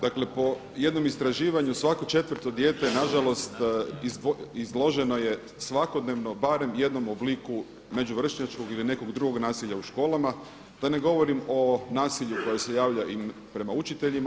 Dakle po jednom istraživanju svako četvrto dijete nažalost izloženo je svakodnevno barem jednom obliku međuvršnjačkog ili nekog drugog nasilja u školama, da ne govorim o nasilju koje se javlja i prema učiteljima.